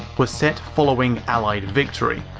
was set following allied victory.